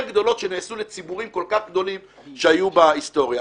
גדולות שנעשו לציבורים כל כך גדולים שהיו בהיסטוריה.